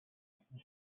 гарсан